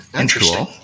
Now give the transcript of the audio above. Interesting